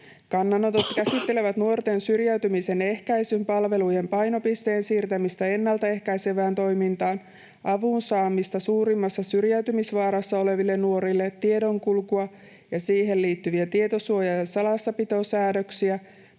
Kannanotot käsittelevät nuorten syrjäytymisen ehkäisyn palveluiden painopisteen siirtämistä ennaltaehkäisevään toimintaan, avun saamista suurimmassa syrjäytymisvaarassa oleville nuorille, tiedonkulkua ja siihen liittyviä tietosuoja‑ ja salassapitosäädöksiä,